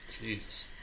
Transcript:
Jesus